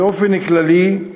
באופן כללי,